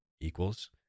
equals